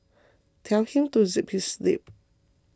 tell him to zip his lip